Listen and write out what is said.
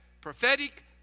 prophetic